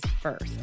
first